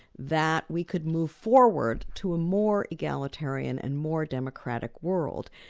that we could move forward to a more egalitarian and more democratic world.